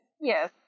Yes